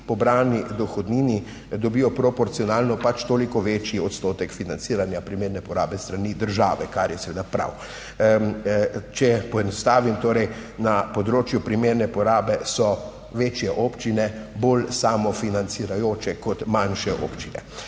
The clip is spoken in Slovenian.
pobrani dohodnini dobijo proporcionalno pač toliko večji odstotek financiranja primerne porabe s strani države, kar je seveda prav. Če poenostavim, torej, na področju primerne porabe so večje občine bolj samo financirajoče kot manjše občine.